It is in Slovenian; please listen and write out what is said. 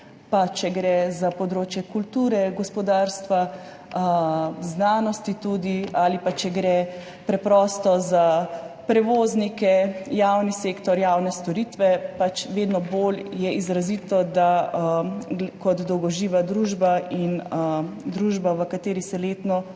pa če gre za področje kulture, gospodarstva, znanosti ali preprosto za prevoznike, javni sektor, javne storitve. Vedno bolj je izrazito, da bomo kot dolgoživa družba in družba, v kateri se letno